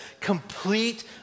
complete